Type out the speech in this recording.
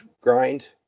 grind